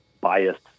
biased